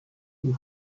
you